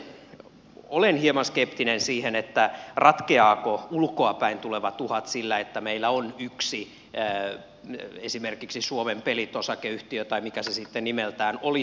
itse olen hieman skeptinen sen suhteen että ulkoapäin tulevat uhat ratkeaisivat sillä että meillä on yksi esimerkiksi suomen pelit osakeyhtiö tai mikä se sitten nimeltään olisikin